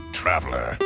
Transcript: traveler